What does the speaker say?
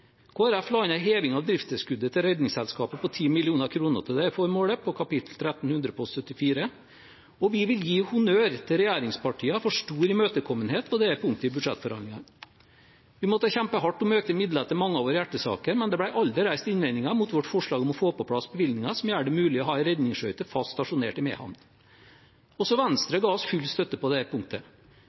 Folkeparti la inn en heving av driftstilskuddet til Redningsselskapet på 10 mill. kr til det formålet, i kapittel 1300 post 74 Tilskudd til Redningsselskapet, og vi vil gi honnør til regjeringspartiene for stor imøtekommenhet på det punktet i budsjettforhandlingene. Vi måtte kjempe hardt om økte midler til mange av våre hjertesaker, men det ble aldri reist innvendinger mot vårt forslag om å få på plass bevilgninger som gjør det mulig å ha en redningsskøyte fast stasjonert i Mehamn. Også Venstre ga oss full støtte på det punktet.